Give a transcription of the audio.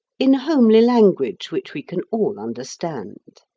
in homely language which we can all understand.